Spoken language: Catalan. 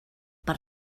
per